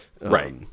Right